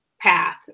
path